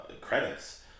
credits